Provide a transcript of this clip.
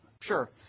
Sure